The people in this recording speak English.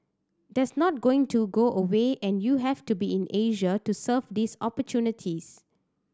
that's not going to go away and you have to be in Asia to serve these opportunities